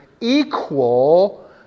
equal